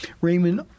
Raymond